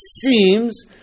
seems